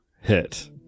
hit